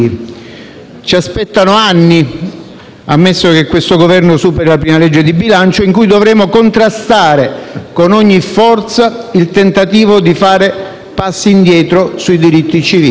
Ci aspettano anni, ammesso che questo Governo superi la prima legge di bilancio, in cui dovremo contrastare con ogni forza il tentativo di fare passi indietro sui diritti civili.